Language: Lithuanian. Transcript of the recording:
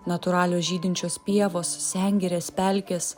natūralios žydinčios pievos sengirės pelkės